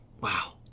Wow